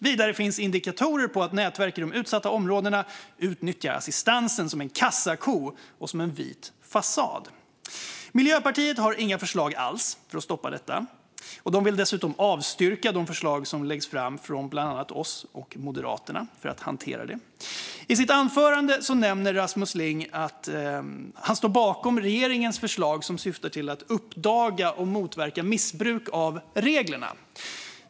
Vidare finns indikatorer på att nätverk i de utsatta områdena utnyttjar assistansen som en kassako och som en vit fasad. Miljöpartiet har inga förslag alls för att stoppa detta. De vill dessutom avstyrka de förslag som läggs fram, från bland annat oss och Moderaterna, för att hantera detta. I sitt anförande nämner Rasmus Ling att han står bakom regeringens förslag som syftar till att uppdaga och motverka missbruk av reglerna.